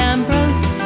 Ambrose